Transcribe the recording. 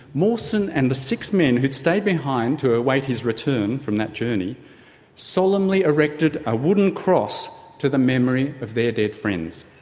mawson and the six men who'd stayed behind to await his return from that journey solemnly erected a wooden cross to the memory of their dead friends.